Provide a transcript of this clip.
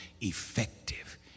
effective